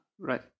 Right